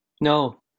No